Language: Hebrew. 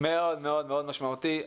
מאוד מאוד מאוד משמעותי.